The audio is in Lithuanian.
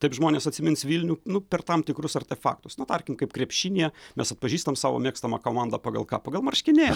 taip žmonės atsimins vilnių nu per tam tikrus artefaktus na tarkim kaip krepšinyje mes atpažįstam savo mėgstamą komandą pagal ką pagal marškinė